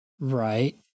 Right